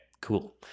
cool